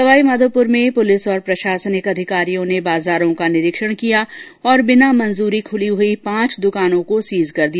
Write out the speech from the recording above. सवाईमाधोपूर में पूलिस और प्रशासनिक अधिकारियों ने बाजारों का निरीक्षण कियाँ और बिना मंजूरी खूली हई पांच द्रकानों को सीज कर दिया